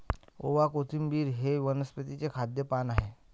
ओवा, कोथिंबिर हे वनस्पतीचे खाद्य पान आहे